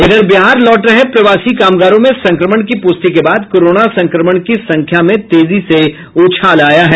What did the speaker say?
इधर बिहार लौट रहे प्रवासी कामगारों में संक्रमण की पूष्टि के बाद कोरोना संक्रमण की संख्या में तेजी से उछाल आया है